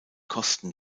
kosten